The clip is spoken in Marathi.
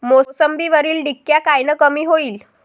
मोसंबीवरील डिक्या कायनं कमी होईल?